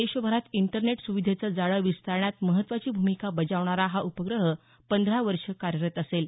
देशभरात इंटरनेट सुविधेचं जाळ विस्तारण्यात महत्त्वाची भूमिका बजावणारा हा उपग्रह पंधरा वर्ष कार्यरत असेल